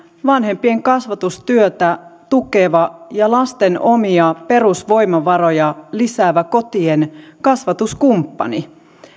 vanhempien kasvatustyötä tukeva ja lasten omia perusvoimavaroja lisäävä kotien kasvatuskumppani